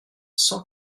cent